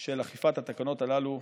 של אכיפת התקנות הללו.